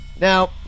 Now